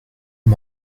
aux